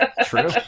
True